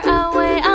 away